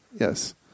Yes